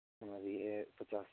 हमारे ये पचास